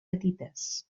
petites